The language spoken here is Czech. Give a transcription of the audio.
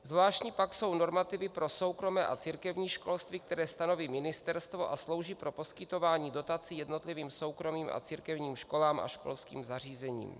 Zvláštní pak jsou normativy pro soukromé a církevní školství, které stanoví ministerstvo a slouží pro poskytování dotací jednotlivým soukromým a církevním školám a školským zařízením.